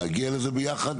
נגיע לזה ביחד,